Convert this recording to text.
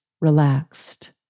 relaxed